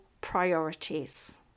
priorities